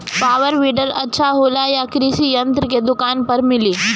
Power weeder अच्छा होला यह कृषि यंत्र के दुकान पर मिली?